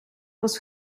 was